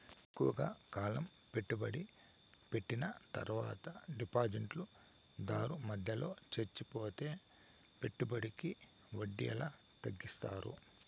ఎక్కువగా కాలం పెట్టుబడి పెట్టిన తర్వాత డిపాజిట్లు దారు మధ్యలో చనిపోతే పెట్టుబడికి వడ్డీ ఎలా లెక్కిస్తారు?